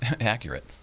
accurate